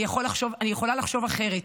אני יכולה לחשוב אחרת.